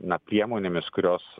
na priemonėmis kurios